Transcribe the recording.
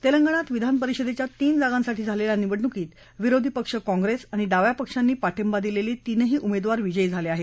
तेलंगणात विधानपरिषदेच्या तीन जागांसाठी झालेल्या निवडणुकीत विरोधी पक्ष काँग्रेस आणि डाव्या पक्षांनी पाठिंबा दिलेले तीनही उमेदवार विजयी झाले आहेत